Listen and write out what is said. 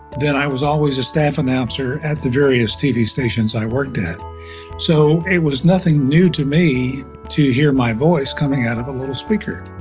then i was always a staff announcer at the various tv stations i worked at so, it was nothing new to me to hear my voice coming out of a little speaker.